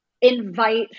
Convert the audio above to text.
invite